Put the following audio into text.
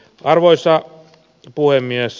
arvoisa puhemies